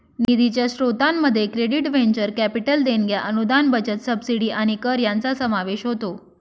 निधीच्या स्त्रोतांमध्ये credits venture capital देणग्या अनुदान बचत सबसिडी आणि कर यांचा समावेश होतो